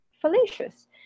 fallacious